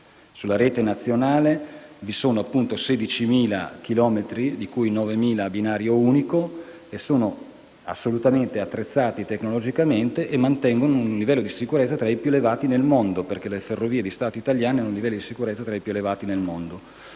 di rete nazionale, 9.000 sono a binario unico e sono assolutamente attrezzati tecnologicamente e mantengono un livello di sicurezza tra i più elevati nel mondo. Le ferrovie di Stato italiane hanno infatti livelli di sicurezza tra i più elevati del mondo.